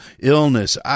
illness